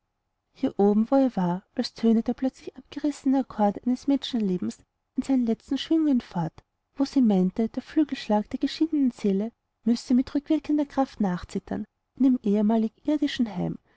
hier oben wo ihr war als töne der plötzlich abgerissene akkord eines menschenlebens in seinen letzten schwingungen fort wo sie meinte der flügelschlag der geschiedenen seele müsse mit rückwirkender kraft nachzittern in dem ehemaligen irdischen heim